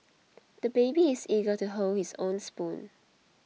the baby is eager to hold his own spoon